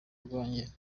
rwanjye